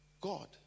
God